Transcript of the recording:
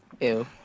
Ew